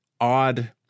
odd